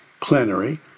plenary